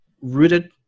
rooted